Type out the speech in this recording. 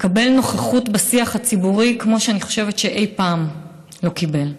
נוכחות בשיח הציבורי כמו שאני חושבת שאף פעם לא קיבל.